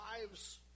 lives